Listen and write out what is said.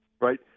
right